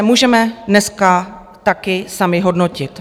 Můžeme dneska také sami hodnotit.